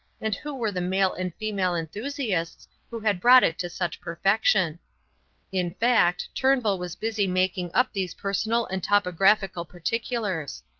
and who were the male and female enthusiasts who had brought it to such perfection in fact, turnbull was busy making up these personal and topographical particulars.